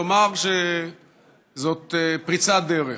ולומר שזאת פריצת דרך.